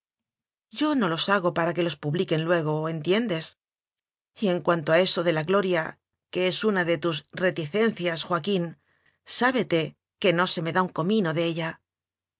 yo no los hago para que los publiquen luego entiendes y en cuanto a eso de la gloria que es una de tus reticencias joa quín sábete que no se me da un comino de ella